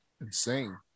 Insane